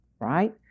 right